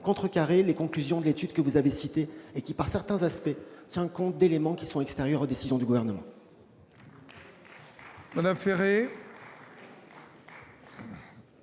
contrecarrer les conclusions de l'étude que vous avez citée et dont certains aspects tiennent compte d'éléments extérieurs aux décisions du Gouvernement.